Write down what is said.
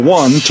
one